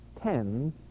ten